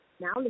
now